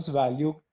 value